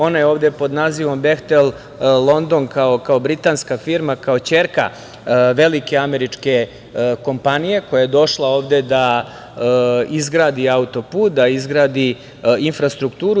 Ona je ovde pod nazivom „Behtel London“ kao britanska firma, kao ćerka velike američke kompanije koja je došla ovde da izgradi autoput, da izgradi infrastrukturu.